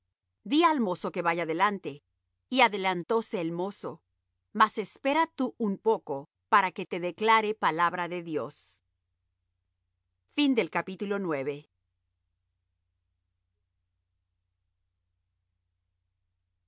di al mozo que vaya delante y adelantóse el mozo mas espera tú un poco para que te declare palabra de dios tomando